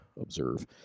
observe